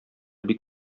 бик